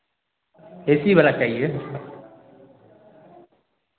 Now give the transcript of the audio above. एक ही वाला चाहिए